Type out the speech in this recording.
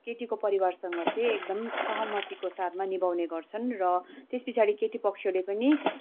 केटीको परिवारसँग चाहिँ एकदम सहमतिको साथमा निभाउने गर्छन् र त्यस पछाडि केटी पक्षहरूले पनि